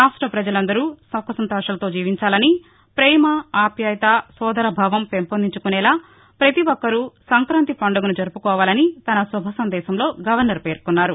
రాష్ట్ర ప్రజలు అందరూ సుఖసంతోషాలతో జీవించాలని పేమ ఆప్యాయత సోదర భావం పెంపొందించుకునేలా ప్రతి ఒక్కరూ సంక్రాంతి పండుగను జరుపుకోవాలని తన శుభ సందేశంలో గవర్నర్ పేర్కొన్నారు